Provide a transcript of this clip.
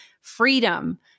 Freedom